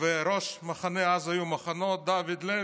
וראש מחנה דוד לוי,